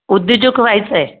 उद्योजक व्हायचं आहे